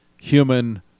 human